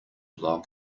log